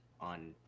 on